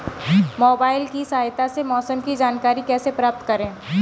Mobile की सहायता से मौसम की जानकारी कैसे प्राप्त करें?